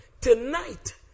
Tonight